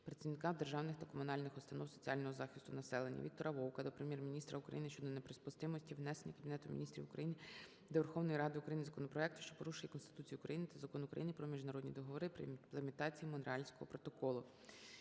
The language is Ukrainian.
працівникам державних та комунальних установ соціального захисту населення. Віктора Вовка до Прем'єр-міністра України щодо неприпустимості внесення Кабінетом Міністрів України до Верховної Ради України законопроекту, що порушує Конституцію України та Закон України "Про міжнародні договори" при імплементаціїМонреальського протоколу.